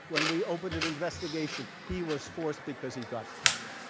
when we opened an investigation. he was forced because he got caught.